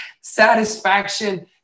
satisfaction